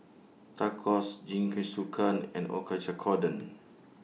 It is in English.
Tacos Jingisukan and